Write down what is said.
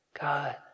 God